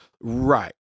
Right